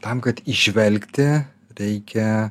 tam kad įžvelgti reikia